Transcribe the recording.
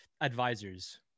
advisors